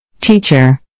Teacher